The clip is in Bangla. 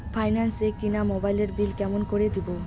ফাইন্যান্স এ কিনা মোবাইলের বিল কেমন করে দিবো?